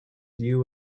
you